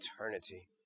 eternity